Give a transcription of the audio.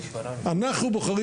אנחנו בוחרים